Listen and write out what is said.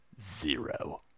zero